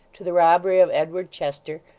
to the robbery of edward chester,